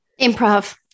Improv